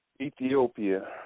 Ethiopia